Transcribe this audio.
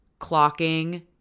clocking